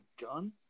gun